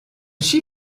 she